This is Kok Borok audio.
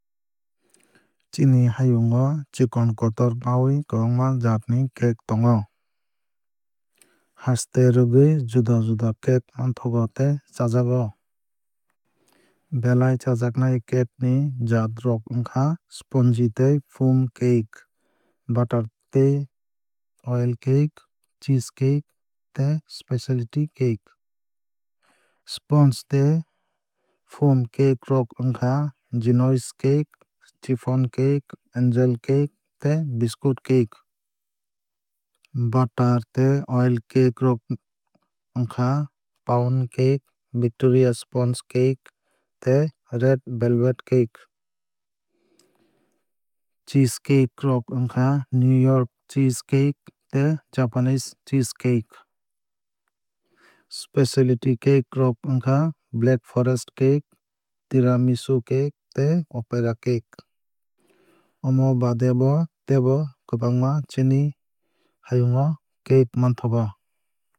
Chini hayung o chikon kotor nawui kwbangma jaat ni cake tongo. Haste rwgwui juda juda cake manthogo tei chajago. Belai chajaknai cake ni jaat rok wngkha sponge tei foam cake butter tei oil cake cheese cake tei specialty cake. Sponge tei foam cake rok wngkha genoise cake chiffon cake angel cake tei biscuit cake. Butter tei oil cake rok wngkha pound cake victoria sponge cake tei red velvet cake. Cheese cake rok wngkha new york cheese cake tei japanese cheese cake. Specialty cake rok wngkha black forest cake tiramisu cake tei opera cake. Omo baade bo tebo kwbangma chini hayung o cake manthogo.